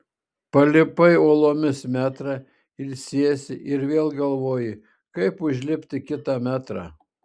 palipai uolomis metrą ilsiesi ir vėl galvoji kaip užlipti kitą metrą